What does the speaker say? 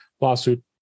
lawsuit